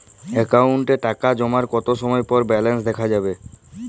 অ্যাকাউন্টে টাকা জমার কতো সময় পর ব্যালেন্স দেখা যাবে?